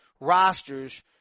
rosters